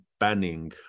Banning